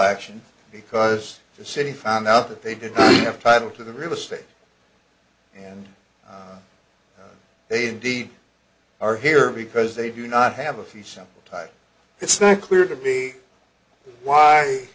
action because the city found out that they didn't have title to the real estate they indeed are here because they do not have a few simple time it's not clear to be why